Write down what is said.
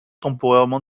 temporairement